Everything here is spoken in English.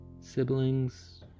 siblings